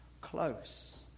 close